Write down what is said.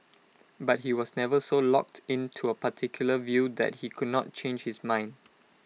but he was never so locked in to A particular view that he could not change his mind